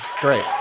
Great